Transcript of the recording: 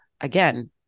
Again